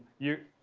you,